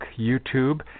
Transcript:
YouTube